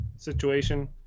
Situation